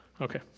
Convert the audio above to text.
Okay